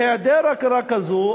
בהיעדר הכרה כזאת,